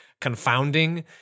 confounding